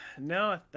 no